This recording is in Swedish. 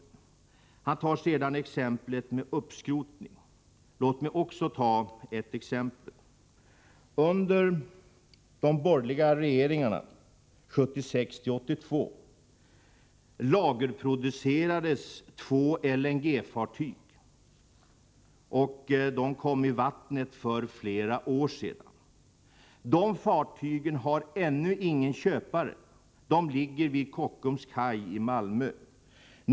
Nic Grönvall anför vidare exemplet med uppskrotning. Jag vill också ta ett exempel. Under de borgerliga regeringarna 1976-1982 lagerproducerades två LNG-fartyg, och de kom i vattnet för flera år sedan. De fartygen har ännu ingen köpare. De ligger vid Kockums kaj i Malmö.